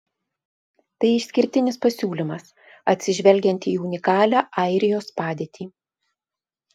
tai išskirtinis pasiūlymas atsižvelgiant į unikalią airijos padėtį